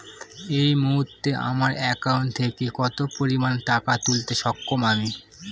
এই মুহূর্তে আমার একাউন্ট থেকে কত পরিমান টাকা তুলতে সক্ষম আমি?